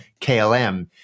KLM